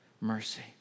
mercy